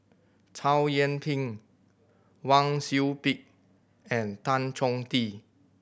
Chow Yian Ping Wang Sui Pick and Tan Chong Tee